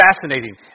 fascinating